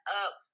up